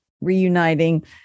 reuniting